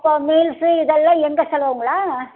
அப்போது மீல்ஸ் இதெல்லாம் எங்கள் செலவுங்களா